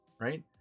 right